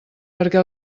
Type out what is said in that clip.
perquè